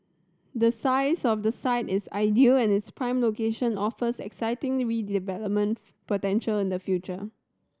the size of the site is ideal and its prime location offers exciting redevelopment potential in the future